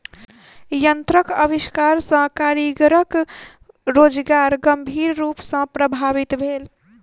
यंत्रक आविष्कार सॅ कारीगरक रोजगार गंभीर रूप सॅ प्रभावित भेल